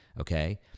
Okay